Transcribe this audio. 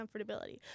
comfortability